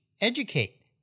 educate